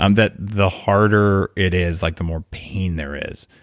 um that the harder it is, like the more pain there is.